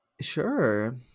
Sure